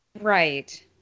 Right